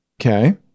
Okay